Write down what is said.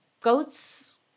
Goats